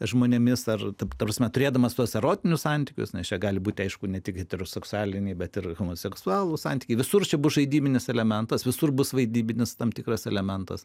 žmonėmis ar ta prasme turėdamas tuos erotinius santykius nes čia gali būti aišku ne tik heteroseksualiniai bet ir homoseksualūs santykiai visur čia bus žaidybinis elementas visur bus vaidybinis tam tikras elementas